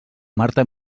marta